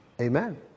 amen